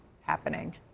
happening